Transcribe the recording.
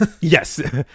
Yes